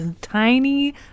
tiny